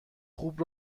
خوب